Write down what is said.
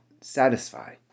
satisfy